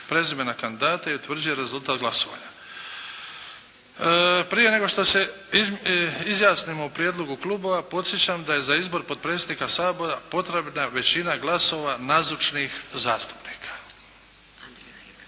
prezimena kandidata i utvrđuje rezultat glasovanja. Prije nego što se izjasnimo o prijedlogu klubova, podsjećam da je za izbor potpredsjednika Sabora potrebna većina glasova nazočnih zastupnika.